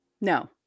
No